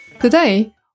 Today